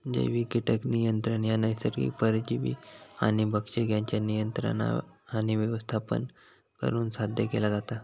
जैविक कीटक नियंत्रण ह्या नैसर्गिक परजीवी आणि भक्षक यांच्या नियंत्रण आणि व्यवस्थापन करुन साध्य केला जाता